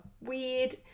weird